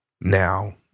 now